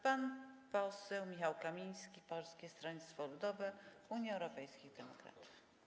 Pan poseł Michał Kamiński, Polskie Stronnictwo Ludowe - Unia Europejskich Demokratów.